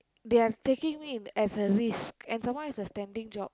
they are taking me as a risk and some more is a standing job